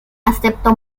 aceptó